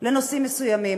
לנושאים מסוימים.